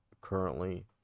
currently